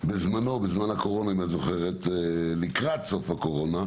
שבזמן הקורונה, אם אתה זוכרת, לקראת סוף הקורונה,